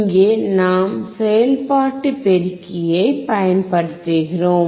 இங்கே நாம் செயல்பாட்டு பெருக்கியைப் பயன்படுத்துகிறோம்